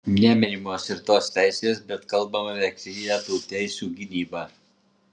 neminimos ir tos teisės bet kalbama apie aktyvią tų teisių gynybą